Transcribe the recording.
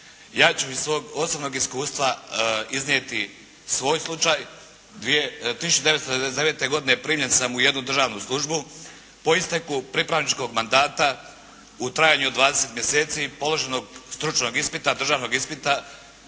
Ja ću iz svog osobnog iskustva iznijeti svoj slučaj, 1999. godine primljen sam u jednu državnu službu. Po isteku pripravničkog mandata u trajanju od 20 mjeseci i položenog stručnog ispita, državnog ispita